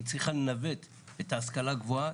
היא צריכה לנווט את ההשכלה הגבוהה,